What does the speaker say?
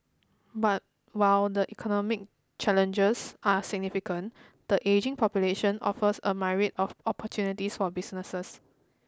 but while the economic challenges are significant the ageing population offers a myriad of opportunities for businesses